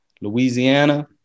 louisiana